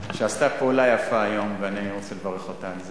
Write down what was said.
שעשתה פעולה היום, ואני רוצה לברך אותה על זה.